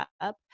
up